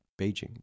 Beijing